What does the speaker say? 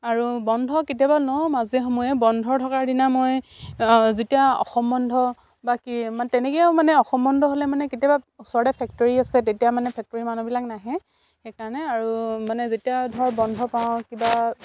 আৰু বন্ধ কেতিয়াবা লও মাজে সময়ে বন্ধৰ থকাৰ দিনা মই যেতিয়া অসম বন্ধ বা কি মানে তেনেকৈও মানে অসম বন্ধ হ'লে মানে কেতিয়াবা ওচৰতে ফেক্টৰী আছে তেতিয়া মানে ফেক্টৰী মানুহবিলাক নাহে সেইকাৰণে আৰু মানে যেতিয়া ধৰ বন্ধ পাওঁ কিবা